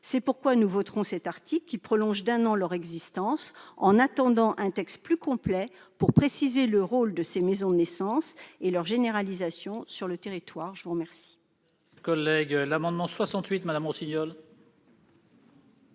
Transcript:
C'est pourquoi nous voterons cet article qui prolonge d'un an leur existence, en attendant un texte plus complet pour préciser le rôle de ces maisons de naissance et proposer leur généralisation sur le territoire. L'amendement